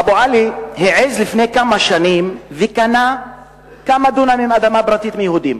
אבו עלי העז לפני כמה שנים וקנה כמה דונמים אדמה פרטית מיהודים